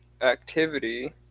activity